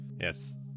Yes